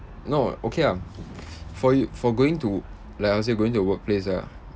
no okay ah for y~ for going to like I would say going to workplace ah